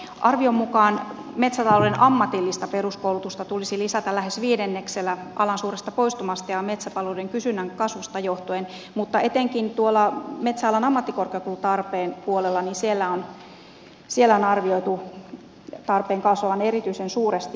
arvion mukaan metsätalouden ammatillista peruskoulutusta tulisi lisätä lähes viidenneksellä alan suuresta poistumasta ja metsätalouden kysynnän kasvusta johtuen mutta etenkin metsäalan ammattikorkeakoulutuksen puolella tarpeen on arvioitu kasvavan erityisen suuresti